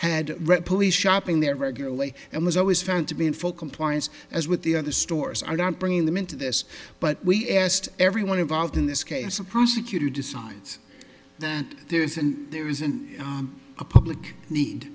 had read police shopping there regularly and was always found to be in full compliance as with the other stores i don't bring them into this but we asked everyone involved in this case a prosecutor decides that there is and there isn't a public need